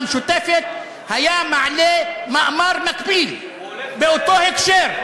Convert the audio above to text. מהמשותפת היה מעלה מאמר מקביל באותו הקשר,